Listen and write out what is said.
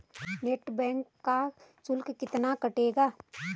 Net banking का शुल्क कितना कटेगा?